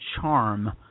charm